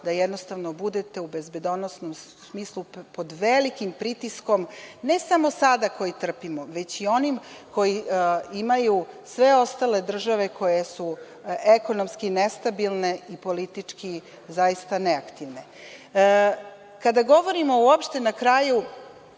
da jednostavno budete u bezbednosnom smislu pod velikim pritiskom, ne samo sada koji trpimo, već i onim koji imaju sve ostale države koje su ekonomske nestabilne i politički zaista neaktivne. Kada govorimo uopšte, na kraju,